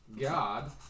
God